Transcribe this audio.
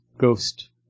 Ghost